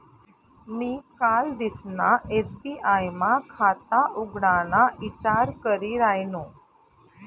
मी कालदिसना एस.बी.आय मा खाता उघडाना ईचार करी रायनू